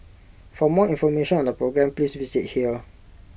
for more information on the programme please visit here